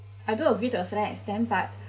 I do agree to a certain extent but